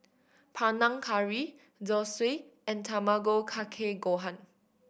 Panang Curry Zosui and Tamago Kake Gohan